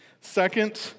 Second